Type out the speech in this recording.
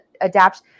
adapt